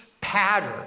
pattern